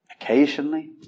occasionally